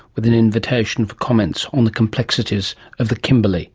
with an invitation for comments on the complexities of the kimberley